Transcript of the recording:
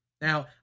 Now